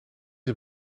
een